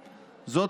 זאת,